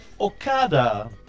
Okada